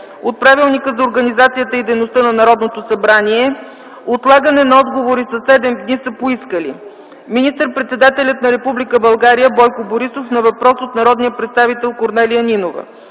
от Правилника за организацията и дейността на Народното събрание отлагане на отговори със седем дни са поискали: - министър-председателят на Република България Бойко Борисов на въпрос от народния представител Корнелия Нинова;